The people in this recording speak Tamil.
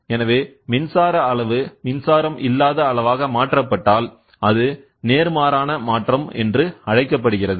எனவே மின்சார அளவு மின்சாரம் இல்லாத அளவாக மாற்றப்பட்டால் அது நேர்மாறான மாற்றம் என்று அழைக்கப்படுகிறது